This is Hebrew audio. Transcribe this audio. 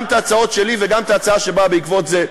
גם את ההצעות שלי וגם את ההצעה שבאה בעקבות זה,